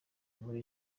muri